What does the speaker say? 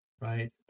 Right